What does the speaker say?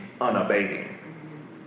unabating